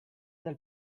del